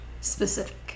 specific